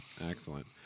Excellent